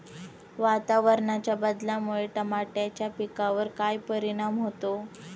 वातावरणाच्या बदलामुळे टमाट्याच्या पिकावर काय परिणाम होतो?